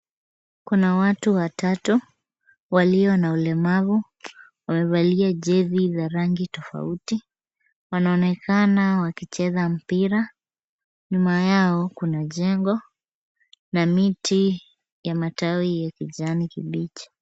Kuna watu watatu walio na ulemavu. Wamevalia jezi za rangi tofauti. Wanaonekana wakicheza mpira. Nyuma yao kuna jengo na miti ya matawi ya kijani kibichi.